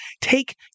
take